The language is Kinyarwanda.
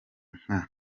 nka